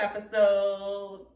episode